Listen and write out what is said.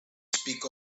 speak